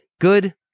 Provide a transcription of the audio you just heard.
Good